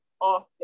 often